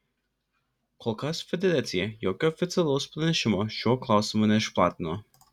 kol kas federacija jokio oficialaus pranešimo šiuo klausimu neišplatino